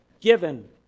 given